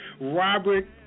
Robert